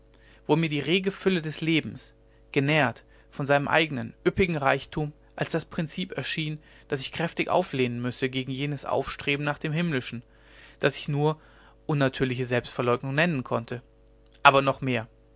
wo mir die rege fülle des lebens genährt von seinem eigenen üppigen reichtum als das prinzip erschien das sich kräftig auflehnen müsse gegen jenes aufstreben nach dem himmlischen das ich nur unnatürliche selbstverleugnung nennen konnte aber noch mehr